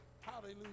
Hallelujah